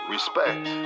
Respect